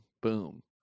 Boom